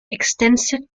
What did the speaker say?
extensive